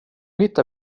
hittar